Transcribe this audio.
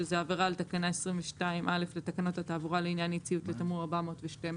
שזה עבירה על תקנה 22(א) לתקנות התעבורה לעניין אי ציות לתמרור 412,